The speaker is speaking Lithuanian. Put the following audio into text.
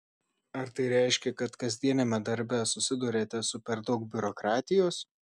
ar tai reiškia kad kasdieniame darbe susiduriate su per daug biurokratijos